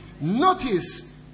Notice